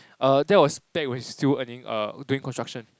err that was back when he was still earning err doing construction